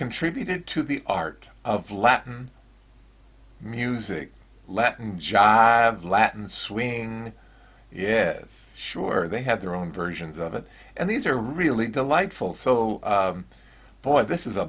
contributed to the art of latin music latin jive latin swing yeah is sure they have their own versions of it and these are really delightful so point this is a